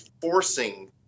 forcing